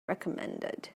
recommended